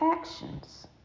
actions